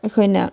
ꯑꯩꯈꯣꯏꯅ